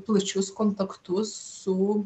plačius kontaktus su